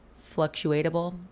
fluctuatable